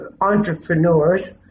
entrepreneurs